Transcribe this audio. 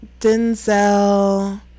Denzel